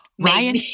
Ryan